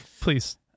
Please